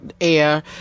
air